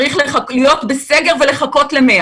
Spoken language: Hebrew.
אם זה שומר על העיקרון של ההגבלות.